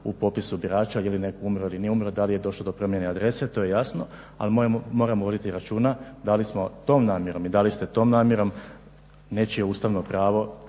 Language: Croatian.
u popisu birača jeli netko umro ili nije umro, da li je došlo do promjene adrese to je jasno, ali moramo voditi računa da li smo tom namjerom i da li ste tom namjerom nečije ustavno pravog